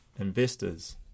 investors